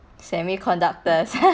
semiconductors